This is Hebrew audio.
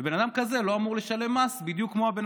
בן אדם כזה לא אמור לשלם מס בדיוק כמו הבן